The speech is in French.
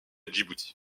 djibouti